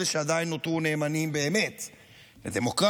אלה שעדיין נותרו נאמנים באמת לדמוקרטיה,